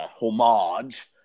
homage